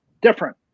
different